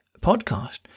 podcast